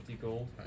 gold